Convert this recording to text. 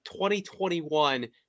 2021